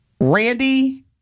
Randy